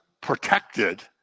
protected